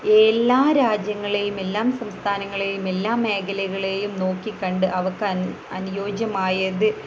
എല്ലാ രാജ്യങ്ങളെയും എല്ലാം സംസ്ഥാനങ്ങളേയും എല്ലാ മേഖലകളേയും നോക്കിക്കണ്ട് അവക്ക് അനുയോജ്യമായത്